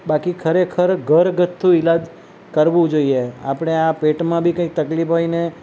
બાકી ખરેખર ઘરગથ્થુ ઈલાજ કરવો જોઈએ આપણે આ પેટમાં બી કંઈક તકલીફ હોય ને